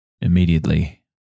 immediately